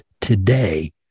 today